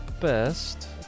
best